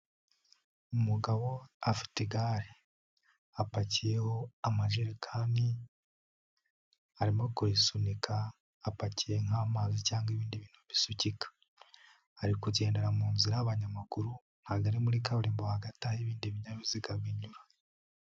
Umugabo afite igare, apakiyeho amajerekani arimo kuyisunika, apakiye nk'amazi cyangwa ibindi bintu bisukika, ari kugendera mu nzira y'abanyamaguru ntabwo ari muri kaburimbo hagati aho ibindi binyabiziga binyura.